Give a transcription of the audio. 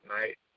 night